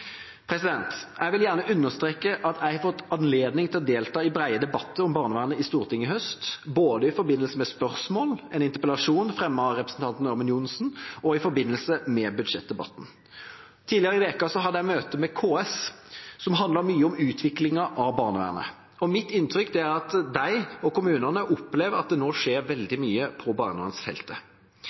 Jeg vil gjerne understreke at jeg i høst har fått anledning til å delta i brede debatter i Stortinget om barnevernet, både i forbindelse med spørsmål, i en interpellasjon fremmet av representanten Ørmen Johnsen og i forbindelse med budsjettdebatten. Tidligere i uka hadde jeg et møte med KS, som handlet mye om utviklingen av barnevernet. Mitt inntrykk er at de og kommunene opplever at det nå skjer veldig mye på barnevernsfeltet.